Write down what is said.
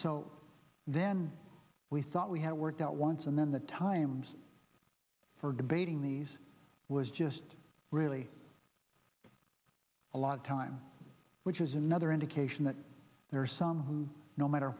so then we thought we had worked out once and then the times for debating these was just really a lot of time which is another indication that there are some who no matter